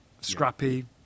Scrappy